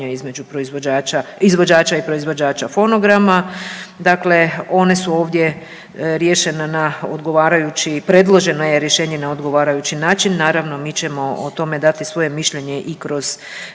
između izvođača i proizvođača fonograma. Dakle, one su ovdje riješene na odgovarajući i predloženo je rješenje na odgovarajući način. Naravno mi ćemo o tome dati svoje mišljenje i kroz